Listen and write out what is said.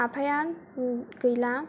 आफाया गैला